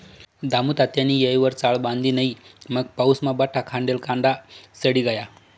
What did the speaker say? दामुतात्यानी येयवर चाळ बांधी नै मंग पाऊसमा बठा खांडेल कांदा सडी गया